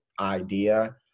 idea